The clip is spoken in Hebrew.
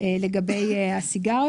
במיוחד כשמדובר במס קנייה שנועד לכוון